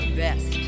best